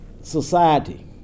society